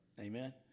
Amen